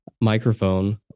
microphone